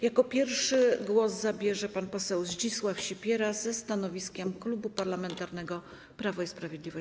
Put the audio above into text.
Jako pierwszy głos zabierze pan poseł Zdzisław Sipiera - ze stanowiskiem Klubu Parlamentarnego Prawo i Sprawiedliwość.